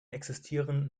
existieren